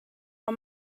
ond